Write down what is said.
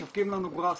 משווקים לנו גראס,